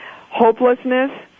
Hopelessness